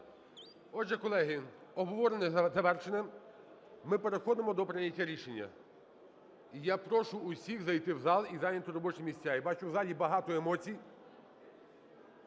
Отже, колеги, обговорення завершено, ми переходимо до прийняття рішення. І я прошу усіх зайти в зал і зайняти робочі місця. Я бачу, в залі багато емоцій.